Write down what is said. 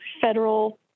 federal